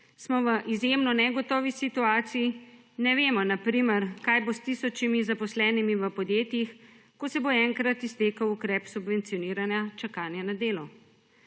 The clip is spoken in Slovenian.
smo v izjemno negotovi situaciji, ne vemo na primer, kaj bo s tisočimi zaposlenimi v podjetjih, ko se bo enkrat iztekel ukrep subvencioniranja čakanja na delo.